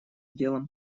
делом